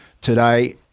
today